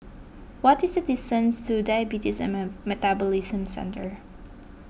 what is the distance to Diabetes and Metabolism Centre